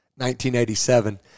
1987